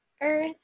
Earth